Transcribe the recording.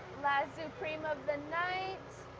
last zupreme of the night.